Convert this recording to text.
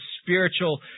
spiritual